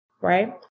right